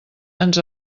ens